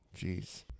Jeez